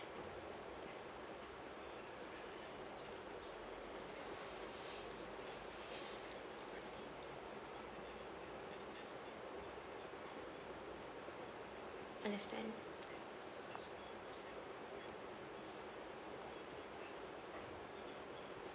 understand